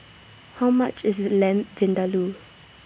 How much IS Lamb Vindaloo